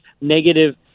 negative